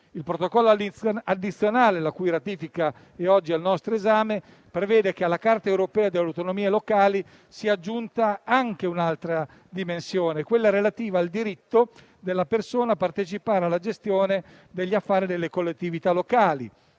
Il Protocollo addizionale, la cui ratifica è oggi al nostro esame, prevede che alla Carta europea delle autonomie locali sia aggiunta anche un'altra dimensione, relativa al diritto della persona a partecipare alla gestione degli affari delle collettività locali,